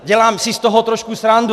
Dělám si z toho trošku srandu.